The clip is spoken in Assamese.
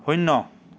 শূন্য